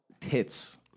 tits